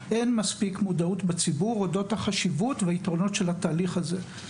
אין מספיק מודעות בציבור אודות החשיבות והיתרונות של התהליך הזה.